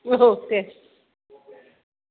औ दे